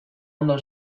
ondo